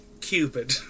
Cupid